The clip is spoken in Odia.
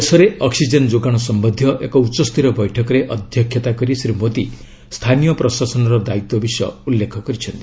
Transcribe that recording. ଦେଶରେ ଅକ୍ନିଜେନ୍ ଯୋଗାଣ ସମ୍ପନ୍ଧୀୟ ଏକ ଉଚ୍ଚସ୍ତରୀୟ ବୈଠକରେ ଅଧ୍ୟକ୍ଷତା କରି ଶ୍ରୀ ମୋଦୀ ସ୍ଥାନୀୟ ପ୍ରଶାସନର ଦାୟିତ୍ୱ ବିଷୟ ଉଲ୍ଲେଖ କରିଛନ୍ତି